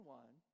one